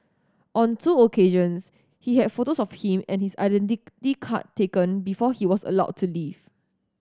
on two occasions he had photos of him and his identity card taken before he was allowed to leave